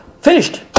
Finished